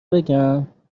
بگم